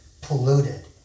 polluted